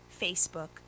facebook